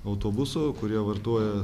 autobusų kurie vartoja